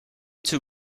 too